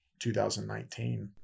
2019